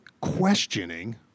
questioning